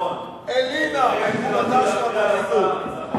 הלינה על פעולתה של הפרקליטות.